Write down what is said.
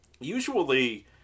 usually